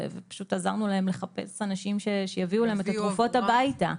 ופשוט עזרנו להם לחפש אנשים שיביאו להם את התרופות הביתה.